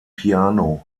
piano